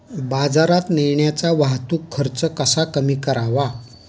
बाजारात नेण्याचा वाहतूक खर्च कसा कमी करावा?